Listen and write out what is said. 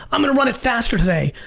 i'm gonna run it faster today.